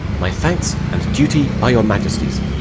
my thanks and duty are your majesty's.